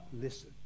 listen